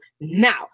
now